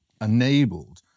enabled